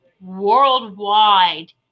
worldwide